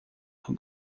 who